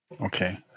Okay